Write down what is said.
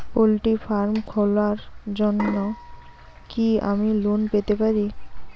Poultry farm খোলার জন্য কি আমি লোন পেতে পারি?